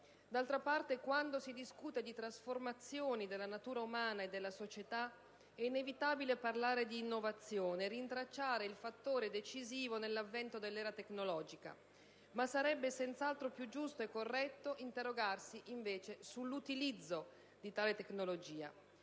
D'altra parte, quando si discute di trasformazioni della natura umana e della società, è inevitabile parlare di innovazione e rintracciare il fattore decisivo nell'avvento dell'era tecnologica. Ma sarebbe senz'altro più giusto e corretto interrogarsi sull'utilizzo di tale tecnologia.